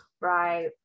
Right